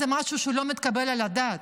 הם משהו שלא מתקבל על הדעת.